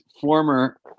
former